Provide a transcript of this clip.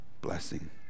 blessing